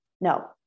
no